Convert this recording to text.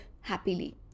happily